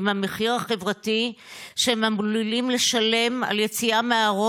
המחיר החברתי שהם עלולים לשלם על יציאה מהארון,